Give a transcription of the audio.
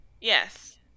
Yes